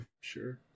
Sure